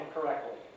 correctly